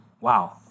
Wow